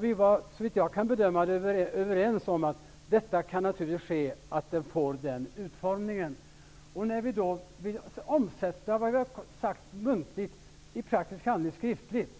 Vi var såvitt jag kan bedöma det överens om att det naturligtvis skulle kunna hända att det fick den utformningen. Men när vi så ville omsätta det vi sagt i praktisk handling -- i skrift